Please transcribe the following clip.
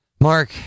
Mark